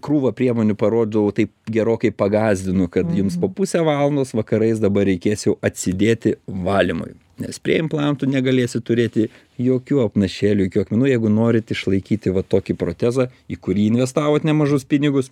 krūvą priemonių parodau taip gerokai pagąsdinu kad jums po pusę valandos vakarais dabar reikės jau atsidėti valymui nes prie implantų negalėsi turėti jokių apnašėlių jokių akmenų jeigu norit išlaikyti va tokį protezą į kurį investavot nemažus pinigus